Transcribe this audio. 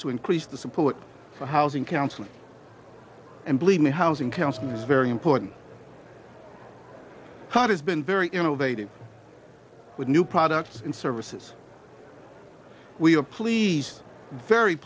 to increase the support for housing counseling and believe me housing counseling is very important because it's been very innovative with new products and services we are pleased very